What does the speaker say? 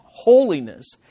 holiness